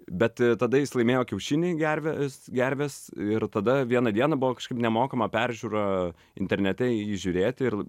bet tada jis laimėjo kiaušinį gervės gervės ir tada vieną dieną buvo kažkaip nemokama peržiūra internete jį žiūrėti ir